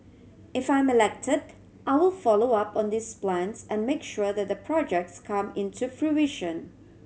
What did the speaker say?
if I'm elected I will follow up on these plans and make sure that the projects come into fruition